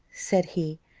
said he,